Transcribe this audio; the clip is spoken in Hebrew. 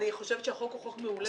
אני חושבת שהחוק הוא חוק מעולה.